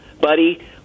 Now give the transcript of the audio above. buddy